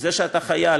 זה שאתה חייל,